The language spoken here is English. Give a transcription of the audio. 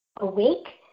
awake